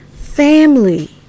family